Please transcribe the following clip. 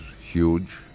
huge